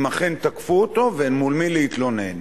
אם אכן תקפו אותו, ואל מול מי להתלונן.